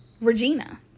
Regina